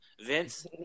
Vince